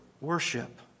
worship